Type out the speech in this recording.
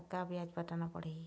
कतका ब्याज पटाना पड़ही?